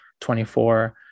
24